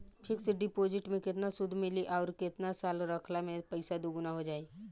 Fix deposit मे केतना सूद मिली आउर केतना साल रखला मे पैसा दोगुना हो जायी?